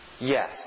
Yes